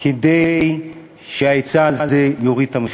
כדי שההיצע הזה יוריד את המחירים.